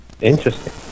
Interesting